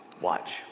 Watch